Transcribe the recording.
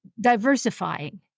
diversifying